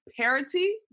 parity